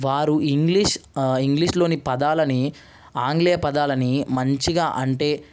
వారు ఇంగ్లీష్ ఇంగ్లీష్లోని పదాలని ఆంగ్లేయ పదాలని మంచిగా అంటే